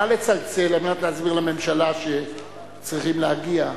נא לצלצל על מנת להסביר לממשלה שצריכים להגיע.